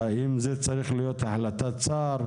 למנכ"לית המשרד להגנת הסביבה שאני מכיר את מערכת הערכים האישית שלה ושל